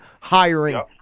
hiring